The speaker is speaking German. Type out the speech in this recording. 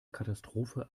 katastrophe